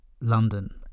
london